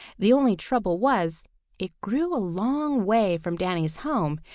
the only trouble was it grew a long way from danny's home,